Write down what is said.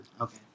Okay